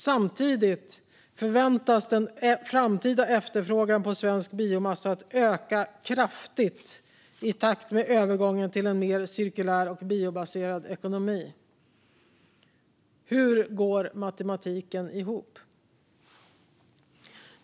Samtidigt väntas den framtida efterfrågan på svensk biomassa öka kraftigt i takt med övergången till en mer cirkulär och biobaserad ekonomi. Hur går matematiken ihop?